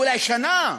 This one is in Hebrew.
ואולי שנה,